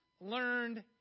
Learned